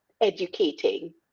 educating